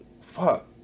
Fuck